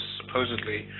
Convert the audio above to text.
supposedly